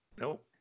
Nope